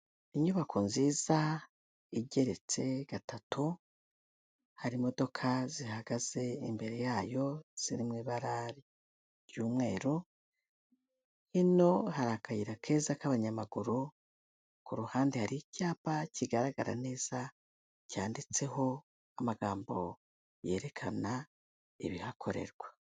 Inyubako nziza igeretse gatatu, hari imodoka zihagaze imbere yayo ziri mu ibara ry'umweru, hino hari akayira keza k'abanyamaguru, ku ruhande hari icyapa kigaragara neza, cyanditseho amagambo yerekana ibihakorerwa.